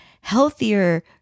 healthier